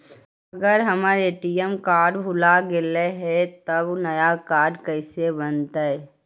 अगर हमर ATM card भुला गैलै हे तब नया काड कइसे बनतै?